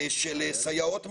של סייעות מרחוק.